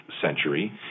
century